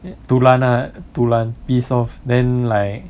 dulan lah dulan piss off then like